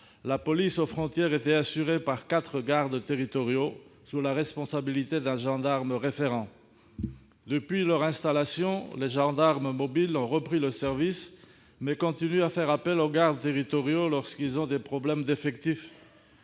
la police aux frontières était assurée par quatre gardes territoriaux, sous la responsabilité d'un gendarme référent. Depuis leur installation, les gendarmes mobiles ont repris le service, mais ils continuent à faire appel aux gardes territoriaux lorsqu'ils rencontrent des problèmes d'effectifs.